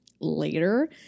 later